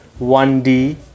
1D